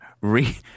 re-